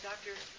Doctor